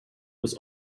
was